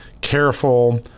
careful